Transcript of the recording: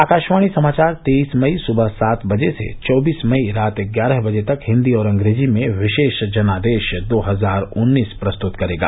आकाशवाणी समाचार तेईस मई सुबह सात बजे से चौबीस मई रात ग्यारह बजे तक हिंदी और अंग्रेजी में विशेष जनादेश दो हजार उन्नीस प्रस्तुत करेगा